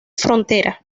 frontera